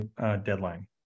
deadline